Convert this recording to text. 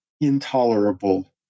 intolerable